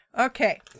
Okay